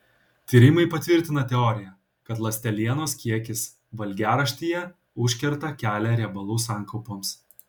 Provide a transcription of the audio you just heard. tyrimai patvirtina teoriją kad ląstelienos kiekis valgiaraštyje užkerta kelią riebalų sankaupoms